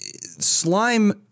slime